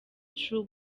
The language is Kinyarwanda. true